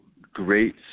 Great